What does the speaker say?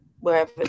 wherever